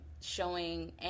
showing